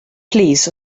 plîs